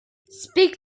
speak